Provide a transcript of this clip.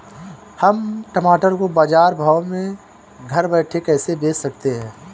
हम टमाटर को बाजार भाव में घर बैठे कैसे बेच सकते हैं?